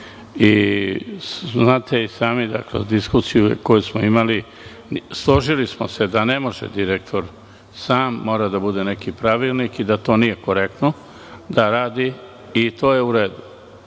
i znate i sami, u diskusiji koju smo imali, složili smo se da ne može direktor sam, mora da bude neki pravilnik, i da to nije korektno da on radi i to je u redu.